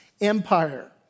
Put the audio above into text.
empire